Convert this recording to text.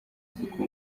kuko